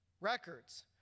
records